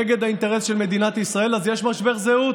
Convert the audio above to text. נגד האינטרס של מדינת ישראל, אז יש משבר זהות.